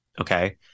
Okay